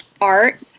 art